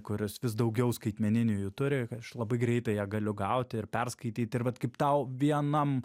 kuris vis daugiau skaitmeninių jų turi aš labai greitai ją galiu gauti ir perskaityt ir vat kaip tau vienam